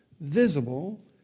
visible